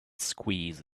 squeeze